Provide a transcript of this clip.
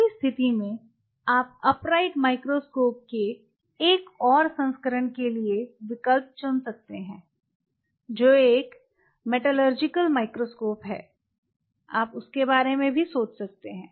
ऐसी स्थिति में आप अपराइट माइक्रोस्कोप के एक और संस्करण के लिए विकल्प चुन सकते हैं जो एक मेटलर्जिकल माइक्रोस्कोप है आप उस के बारे में सोच सकते हैं